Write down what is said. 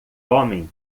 homem